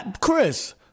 Chris